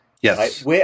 Yes